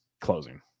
closing